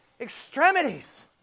extremities